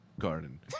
garden